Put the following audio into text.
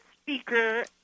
speaker